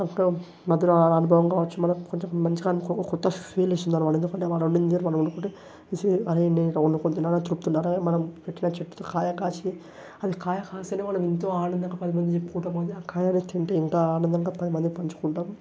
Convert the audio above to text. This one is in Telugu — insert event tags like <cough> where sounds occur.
ఒకా మధుర అనుభవం కావచ్చు మనం కొంచెం మంచిగా కొత్త ఫీల్ ఇచ్చిందన్నమాట ఎందుకంటే వాళ్ళు వండిందే మనం వండుకుంటే నేను ఇట్ట వండుకుని తిన్నాను అనే తృప్తి <unintelligible> మనం పెట్టిన చెట్టుకు కాయ కాసి అది కాయ కాస్తేనే మనం ఎంతో ఆనందంగా పది మందికి చెప్పుకుంటాం అదే కాయను తింటే ఎంత ఆనందంగా పది మంది పంచుకుంటాం